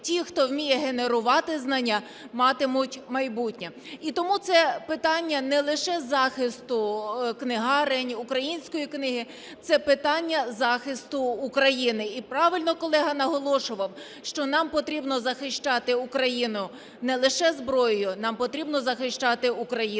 ті, хто вміє генерувати знання, матимуть майбутнє. І тому це питання не лише захисту книгарень української книги – це питання захисту України. І правильно колега наголошував, що нам потрібно захищати Україну не лише зброєю, нам потрібно захищати Україну